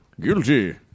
Guilty